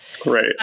Great